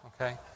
Okay